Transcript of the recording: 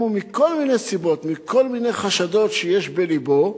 אם הוא, מכל מיני סיבות, מכל מיני חשדות שיש בלבו,